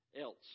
else